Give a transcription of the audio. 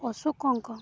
ଅଶୋକ ଅଙ୍କ